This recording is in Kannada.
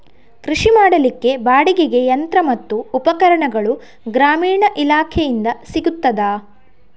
ಕೃಷಿ ಮಾಡಲಿಕ್ಕೆ ಬಾಡಿಗೆಗೆ ಯಂತ್ರ ಮತ್ತು ಉಪಕರಣಗಳು ಗ್ರಾಮೀಣ ಇಲಾಖೆಯಿಂದ ಸಿಗುತ್ತದಾ?